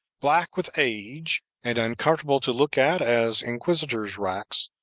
black with age, and uncomfortable to look at as inquisitors' racks,